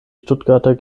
stuttgarter